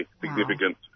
significant